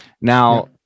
Now